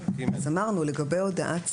אז אמרנו, לגבי הודעת סירוב,